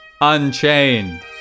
unchained